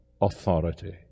authority